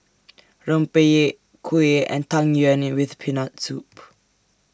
Rempeyek Kuih and Tang Yuen New with Peanut Soup